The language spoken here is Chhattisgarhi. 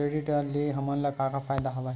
क्रेडिट ले हमन का का फ़ायदा हवय?